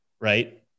right